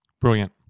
Brilliant